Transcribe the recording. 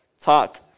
talk